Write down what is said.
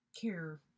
care